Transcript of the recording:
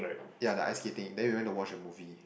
yeah the ice skating then we went to watch a movie